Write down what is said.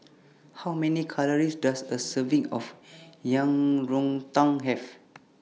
How Many Calories Does A Serving of Yang Rou Tang Have